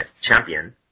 champion